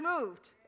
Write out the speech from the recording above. moved